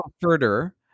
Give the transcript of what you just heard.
further